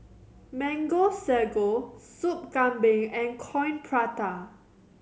Mango Sago Sup Kambing and Coin Prata